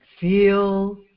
Feel